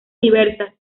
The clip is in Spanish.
diversas